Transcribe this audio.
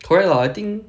correct lah I think